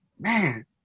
Man